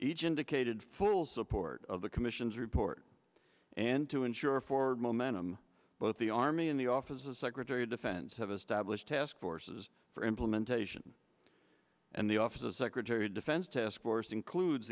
each indicated full support of the commission's report and to ensure for a moment both the army and the office of secretary of defense have established task forces for implementation and the office of secretary of defense task force includes